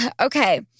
okay